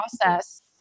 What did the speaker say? process